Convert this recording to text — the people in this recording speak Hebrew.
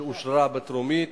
שאושרה בטרומית,